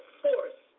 force